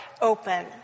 open